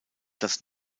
das